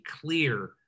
clear